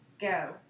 go